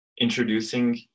introducing